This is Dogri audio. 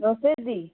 नमस्ते दीदी